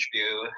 interview